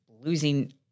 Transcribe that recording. losing